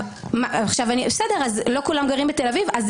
אז לא כולם גרים בתל-אביב, בסדר.